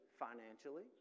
Financially